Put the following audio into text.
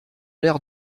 l’air